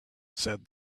said